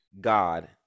God